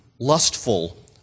lustful